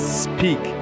speak